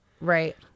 Right